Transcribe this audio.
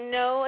no